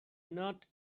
not